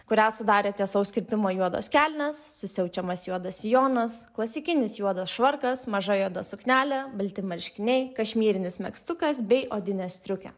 kurią sudarė tiesaus kirpimo juodas kelnes suseučiamas juodas sijonas klasikinis juodas švarkas maža juoda suknelė balti marškiniai kašmyrinis megztukas bei odinė striukė